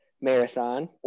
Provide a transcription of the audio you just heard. marathon